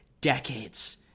decades